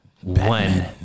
one